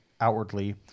outwardly